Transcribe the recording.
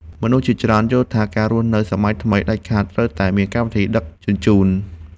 មនុស្សជាច្រើនយល់ថា ការរស់នៅសម័យថ្មីដាច់ខាតត្រូវតែមានកម្មវិធីដឹកជញ្ជូន។